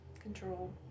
control